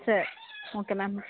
సరే okay madam